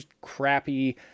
crappy